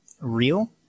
real